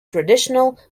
traditional